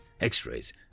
x-rays